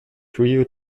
trio